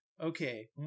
okay